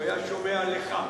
הוא היה שומע לך.